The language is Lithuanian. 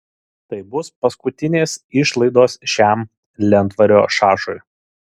tai bus paskutinės išlaidos šiam lentvario šašui